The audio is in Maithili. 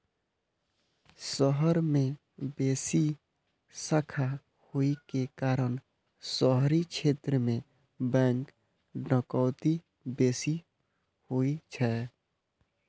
शहर मे बेसी शाखा होइ के कारण शहरी क्षेत्र मे बैंक डकैती बेसी होइ छै